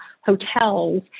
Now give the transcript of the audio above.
hotels